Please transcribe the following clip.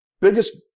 biggest